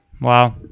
Wow